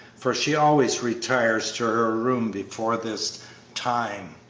for she always retires to her room before this time.